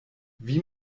wie